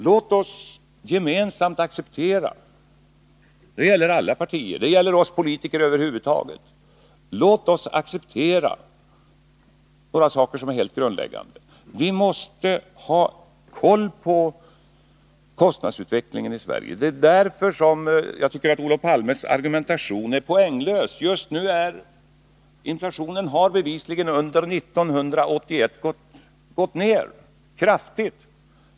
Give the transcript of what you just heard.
Låt oss — och det gäller politiker i alla partier — acceptera några saker som är helt grundläggande. Vi måste ha koll på kostnadsutvecklingen i Sverige. Det är därför som jag tycker att Olof Palmes argumentation är poänglös. Inflationen har bevisligen gått ner kraftigt under 1981.